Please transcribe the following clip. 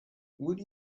would